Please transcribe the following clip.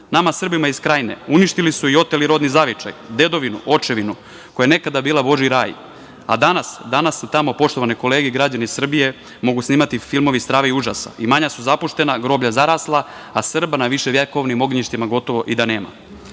Srbima iz Krajine uništili su i oteli rodni zavičaj, dedovinu, očevinu koja je nekada bila božiji raj. A, danas? Danas se tamo, poštovane kolege i građani Srbije, mogu snimati filmovi strave i užasa. Imanja su zapuštena, groblja zarasla, a Srba na viševekovnim ognjištima gotovo i da nema. Stoga